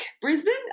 Brisbane